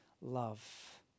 love